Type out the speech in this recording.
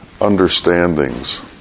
understandings